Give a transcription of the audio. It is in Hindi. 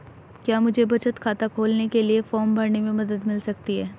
क्या मुझे बचत खाता खोलने के लिए फॉर्म भरने में मदद मिल सकती है?